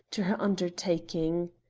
to her undertaking.